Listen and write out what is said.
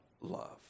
love